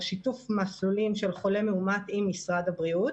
או שיתוף מסלולים של חולה מאומת עם משרד הבריאות.